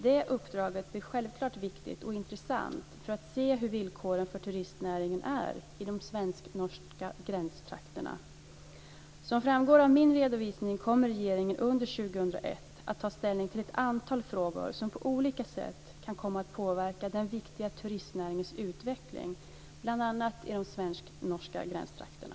Det uppdraget blir självklart viktigt och intressant för att se hur villkoren för turistnäringen är i de svensk-norska gränstrakterna. Som framgår av min redovisning kommer regeringen under 2001 att ta ställning till ett antal frågor som på olika sätt kan komma att påverka den viktiga turistnäringens utveckling bl.a. i de svensk-norska gränstrakterna.